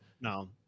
No